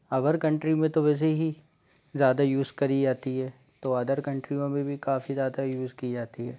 अवर country में तो वैसे ही ज़्यादा यूज़ करी जाती है तो अदर कंट्री में भी काफ़ी ज़्यादा यूज़ की जाती है